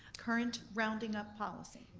current rounding up policy.